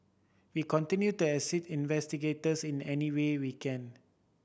we continue to assist investigators in any way we can